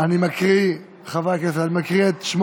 אני מקריא, חברי הכנסת, את שמות